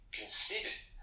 considered